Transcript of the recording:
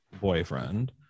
boyfriend